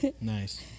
nice